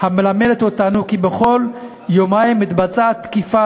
המלמדת אותנו כי בכל יומיים מתבצעת תקיפה